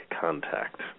contact